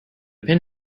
pin